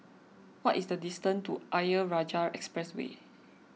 what is the distance to Ayer Rajah Expressway